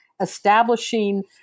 establishing